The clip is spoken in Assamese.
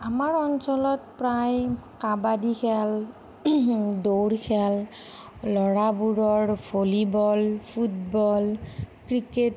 আমাৰ অঞ্চলত প্ৰায় কাবাডী খেল দৌৰ খেল ল'ৰাবোৰৰ ভলীবল ফুটবল ক্ৰিকেট